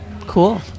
cool